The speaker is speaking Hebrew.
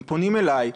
הם פונים אליי,